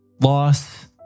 loss